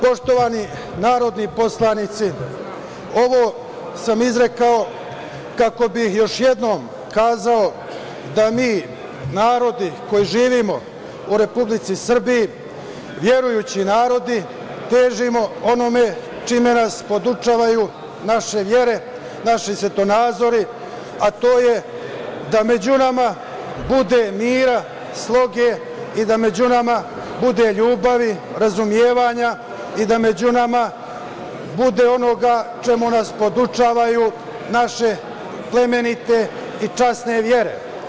Poštovani narodni poslanici, ovo sam izrekao kako bih još jednom kazao da mi narodi koji živimo u Republici Srbiji, verujući narodi težimo onome čime nas podučavaju naše vere, naši svetonazori, a to je da među nama bude mira, sloge i da među nama bude ljubavi, razumevanje i među nama bude onoga čemu nas podučavaju naše plemenite i časne vere.